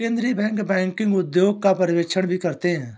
केन्द्रीय bank banking उद्योग का पर्यवेक्षण भी करते हैं